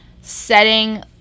setting